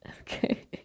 Okay